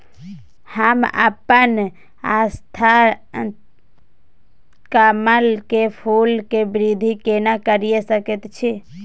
हम अपन थलकमल के फूल के वृद्धि केना करिये सकेत छी?